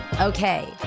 Okay